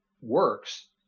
works